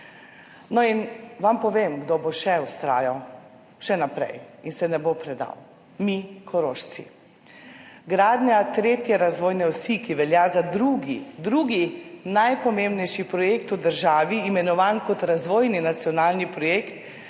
No, in vam povem, kdo bo še naprej vztrajal in se ne bo predal. Mi Korošci. Gradnja tretje razvojne osi, ki velja za drugi, drugi najpomembnejši projekt v državi, imenovan kot razvojni nacionalni projekt,